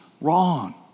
wrong